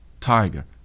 Tiger